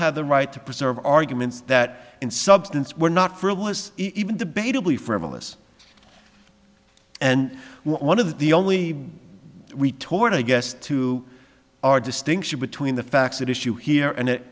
have the right to preserve arguments that in substance were not frivolous even debatably frivolous and one of the only retort i guess to our distinction between the facts of issue here and i